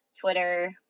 Twitter